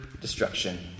destruction